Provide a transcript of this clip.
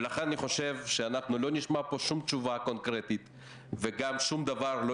ולכן אני חושב שלא נשמע פה שום תשובה קונקרטית וגם שום דבר לא